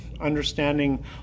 understanding